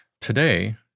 Today